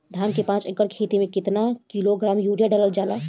धान के पाँच एकड़ खेती में केतना किलोग्राम यूरिया डालल जाला?